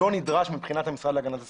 נדרש מבחינת המשרד להגנת הסביבה.